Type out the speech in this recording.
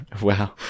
Wow